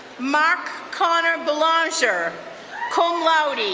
mark conner belager, cum laude,